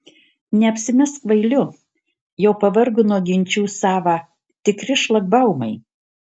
neapsimesk kvailiu jau pavargo nuo ginčų sava tikri šlagbaumai